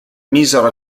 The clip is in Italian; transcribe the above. misero